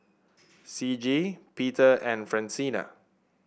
Ciji Peter and Francina